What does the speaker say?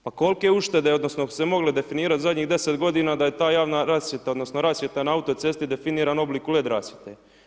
Pa kolike uštede odnosno bi se mogle definirat zadnjih 10 godina da je ta javna rasvjeta, odnosno rasvjeta na autocesti definirana u obliku led rasvjete.